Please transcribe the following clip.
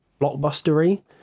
blockbustery